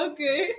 Okay